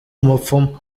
umupfumu